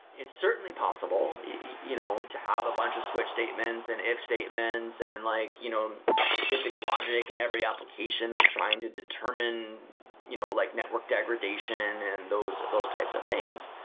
it's certainly possible you know to have a bunch of switch statements and if statement and like you know specific logic in every application that's trying to determine you know like network degradation and those those types of things.